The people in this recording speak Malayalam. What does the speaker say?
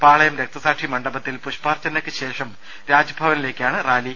പാളയം രക്തസാക്ഷി മണ് ഡ പത്തിൽ പുഷ്പാർച്ചനയ്ക്കു ശേഷം രാജ്ഭവനിലേയ്ക്കാണ് റാലി